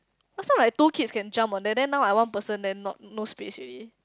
last time like tall kid can jump but then now I one person then not no space already